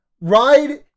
Ride